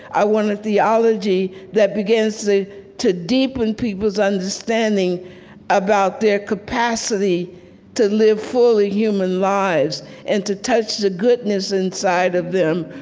i want a theology that begins to deepen people's understanding about their capacity to live fully human lives and to touch the goodness inside of them,